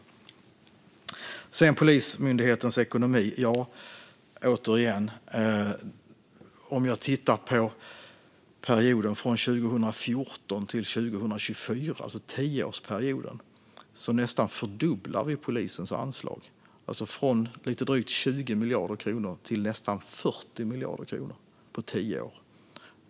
När det gäller Polismyndighetens ekonomi kan vi se att vi under tioårsperioden 2014-2024 nästan fördubblar polisens anslag, från lite drygt 20 miljarder kronor till nästan 40 miljarder kronor.